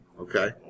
Okay